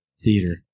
theater